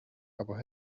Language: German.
aber